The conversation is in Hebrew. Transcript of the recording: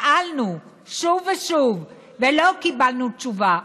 שאלנו שוב ושוב ולא קיבלנו תשובה.